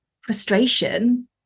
Frustration